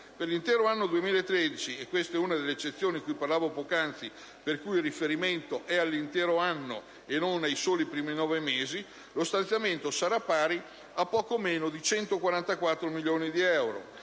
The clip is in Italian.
Per l'intero anno 2013 - questa è una delle eccezioni di cui parlavo poc'anzi, per cui il riferimento è all'intero anno, e non ai primi nove mesi - lo stanziamento sarà pari a poco meno di 144 milioni di euro.